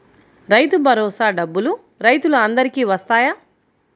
రైతు భరోసా డబ్బులు రైతులు అందరికి వస్తాయా?